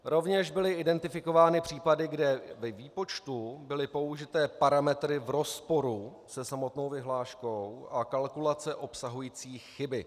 Rovněž byly identifikovány případy, kde ve výpočtu byly použity parametry v rozporu se samotnou vyhláškou a kalkulace obsahující chyby.